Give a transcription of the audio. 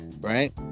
right